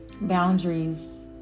boundaries